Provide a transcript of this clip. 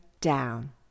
down